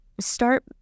start